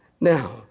Now